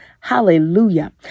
Hallelujah